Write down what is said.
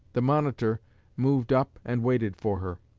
the monitor moved up and waited for her.